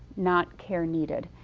not care needed.